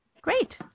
Great